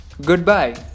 Goodbye